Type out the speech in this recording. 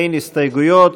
אין הסתייגויות.